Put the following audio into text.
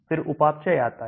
फिर उपापचय आता है